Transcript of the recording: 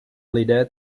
lidé